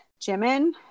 jimin